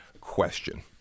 question